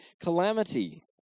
calamity